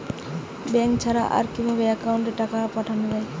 Bank ছাড়া আর কিভাবে একাউন্টে টাকা পাঠানো য়ায়?